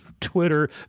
Twitter